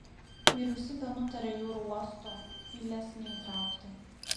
vyriausybė nutarė jūrų uosto į lez neįtraukti